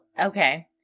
okay